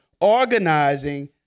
organizing